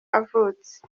avutse